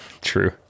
True